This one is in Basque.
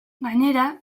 gainera